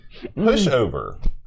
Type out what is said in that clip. Pushover